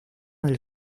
del